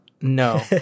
No